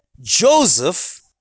Joseph